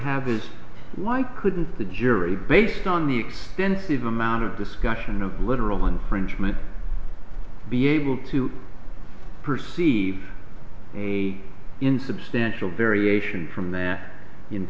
have is like couldn't the jury based on the extensive amount of discussion of literal infringement be able to perceive a insubstantial variation from that